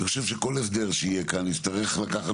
אני חושב שכל הסדר שיהיה כאן יצטרך לקחת